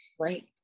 Right